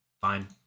fine